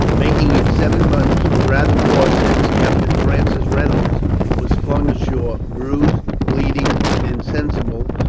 making it seven months and rather more since captain francis reynolds was flung ashore, bruised, bleeding, and insensible,